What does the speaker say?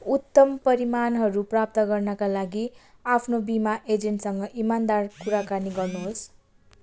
उत्तम परिमाणहरू प्राप्त गर्नाका लागि आफ्नो बिमा एजेन्टसँग इमानदार कुराकानी गर्नुहोस्